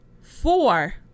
Four